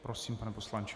Prosím, pane poslanče.